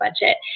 budget